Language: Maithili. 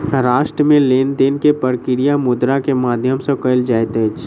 राष्ट्र मे लेन देन के प्रक्रिया मुद्रा के माध्यम सॅ कयल जाइत अछि